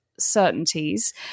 certainties